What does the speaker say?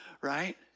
right